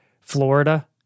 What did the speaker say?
Florida